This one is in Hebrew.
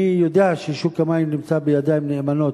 אני יודע ששוק המים נמצא בידיים נאמנות.